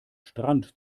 strand